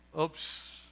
Oops